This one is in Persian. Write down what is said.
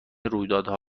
رویدادها